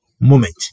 moment